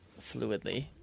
fluidly